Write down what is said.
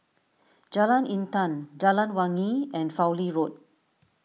Jalan Intan Jalan Wangi and Fowlie Road